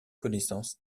connaissances